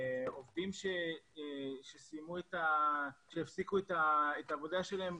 עובדים שהפסיקו את העבודה שלהם,